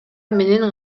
менин